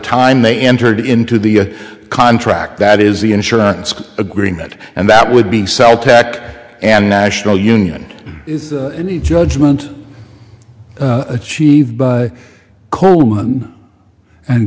time they entered into the contract that is the insurance agreement and that would be sell tack and national union any judgement achieved by coleman and